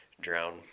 drown